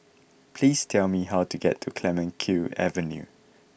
please tell me how to get to Clemenceau Avenue